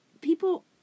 people